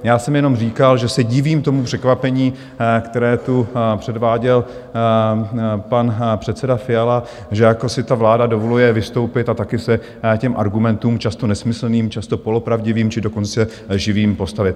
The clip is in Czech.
Já jsem jenom říkal, že se divím tomu překvapení, které tu předváděl pan předseda Fiala, že jako si ta vláda dovoluje vystoupit a taky se těm argumentům, často nesmyslným, často polopravdivým, či dokonce lživým, postavit.